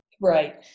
Right